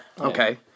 okay